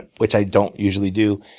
which i don't usually do,